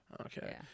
Okay